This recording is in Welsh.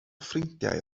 ffrindiau